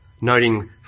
noting